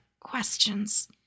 questions